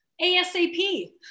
ASAP